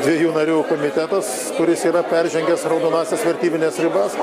dviejų narių komitetas kuris yra peržengęs raudonąsias vertybines ribas